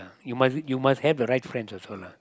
you must you must have the real friend also lah